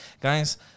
guys